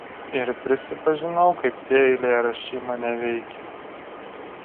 ir prisipažinau kaip tie eilėraščiai mane veikia